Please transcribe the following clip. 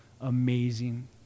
amazing